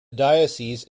diocese